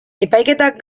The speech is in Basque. epaiketak